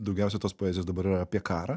daugiausia tos poezijos dabar yra apie karą